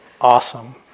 awesome